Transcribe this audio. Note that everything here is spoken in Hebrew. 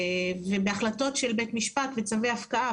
ובהחלטות של בית משפט בצווי הפקעה,